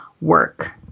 work